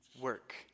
work